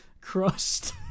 Crust